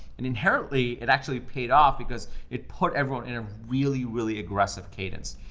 and inherently it actually paid off because it put everyone in a really, really aggressive cadence.